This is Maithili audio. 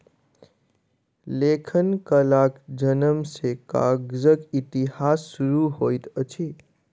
लेखन कलाक जनम सॅ कागजक इतिहास शुरू होइत अछि